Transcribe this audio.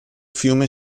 fiume